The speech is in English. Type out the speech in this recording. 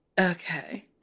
Okay